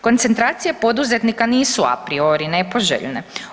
Koncentracije poduzetnika nisu apriori nepoželjne.